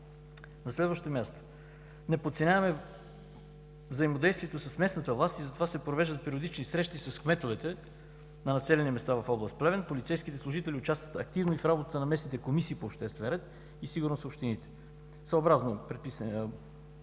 – Сомовит. Не подценяваме взаимодействието с местната власт и затова се провеждат периодични срещи с кметовете на населените места в област Плевен. Полицейските служители участват активно и в работата на местните комисии за обществен ред и сигурност в общините, съобразно подписани